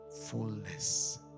fullness